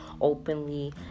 openly